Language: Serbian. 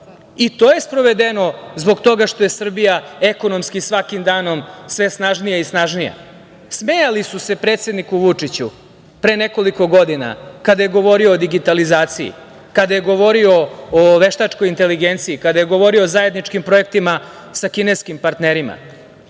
To je sprovedeno zbog toga što je Srbija ekonomski svakim danom sve snažnija i snažnija. Smejali su se predsedniku Vučiću pre nekoliko godina kada je govorio o digitalizaciji, kada je govorio o veštačkoj inteligenciji, kada je govorio o zajedničkim projektima sa kineskim partnerima.